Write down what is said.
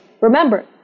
remember